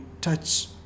touch